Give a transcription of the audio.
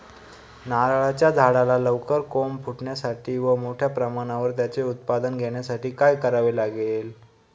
नारळाच्या झाडाला लवकर कोंब फुटण्यासाठी व मोठ्या प्रमाणावर त्याचे उत्पादन घेण्यासाठी काय करावे लागेल?